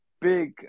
big